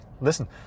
listen